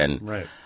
Right